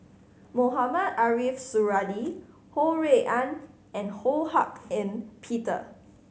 Mohamed Ariff Suradi Ho Rui An and Ho Hak Ean Peter